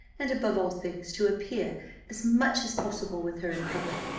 and, above all things, to appear as much as possible with her in public.